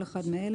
כל אחד מאלה: